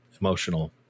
emotional